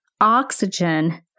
oxygen